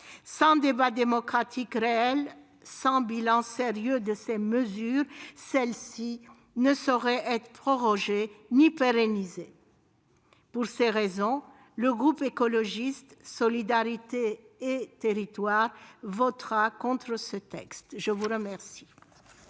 Sans débat démocratique réel, sans bilans sérieux de ces mesures, celles-ci ne sauraient être prorogées ni pérennisées. Pour ces raisons, le groupe Écologiste - Solidarité et Territoires votera contre ce texte. La parole